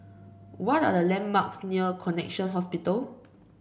what are the landmarks near Connexion Hospital